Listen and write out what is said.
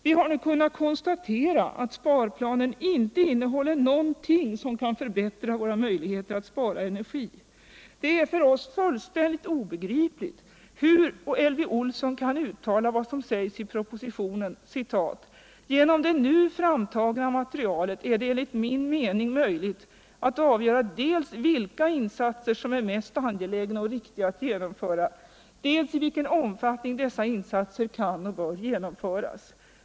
Vi har nu kunnat konstatera att sparplanen inte innehåller någonting som kan förbättra våra möjligheter att spara energi. Det Nr 154 är för oss fullständigt obegripligt hur Elvy Olsson kan uttala sig som hon gör i Fredagen den avgöra dels vilka insatser som är mest angelägna och riktiga att genomföra, dels i vilken omfattning dessa insatser kan och bör genomföras.